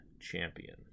Champion